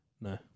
No